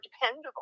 dependable